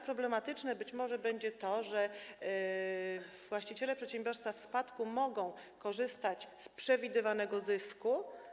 Problematyczne być może będzie także to, że właściciele przedsiębiorstwa otrzymanego w spadku mogą korzystać z przewidywanego zysku.